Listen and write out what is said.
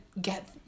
get